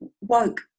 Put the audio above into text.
woke